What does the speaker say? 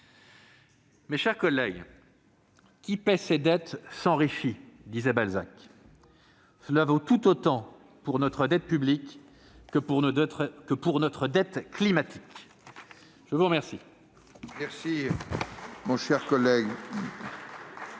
Mes chers collègues, « qui paie ses dettes s'enrichit » disait Balzac. Cela vaut tout autant pour notre dette publique que pour notre dette climatique. La parole